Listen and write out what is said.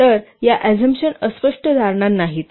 तर या अजमशन अस्पष्ट धारणा नाहीत